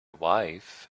wife